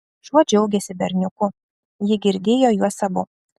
šuo džiaugėsi berniuku ji girdėjo juos abu